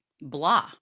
blah